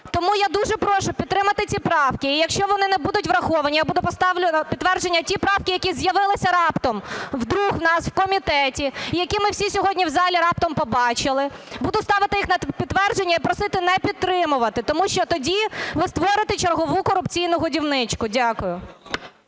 Тому я дуже прошу підтримати ці правки, і якщо вони не будуть враховані, я поставлю на підтвердження ті правки, які з'явилися раптом у нас в комітеті і які ми всі сьогодні в залі раптом побачили, буду ставити їх на підтвердження і просити не підтримувати. Тому що тоді ви створите чергову корупційну годівничку. Дякую.